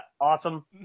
awesome